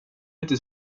lite